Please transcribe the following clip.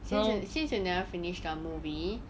since yo~ since you never finish the movie